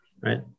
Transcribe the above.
right